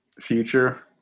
future